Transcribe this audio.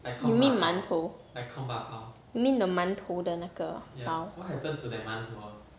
you mean 馒头 you mean the 馒头的那个包